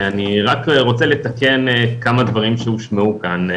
אני רק רוצה לתקן כמה דברים שהושמעו כאן.